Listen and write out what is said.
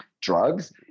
drugs